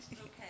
Okay